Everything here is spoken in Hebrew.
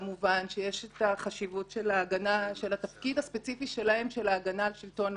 כמובן שיש חשיבות לתפקיד הספציפי שלהם בהגנה על שלטון החוק.